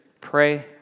pray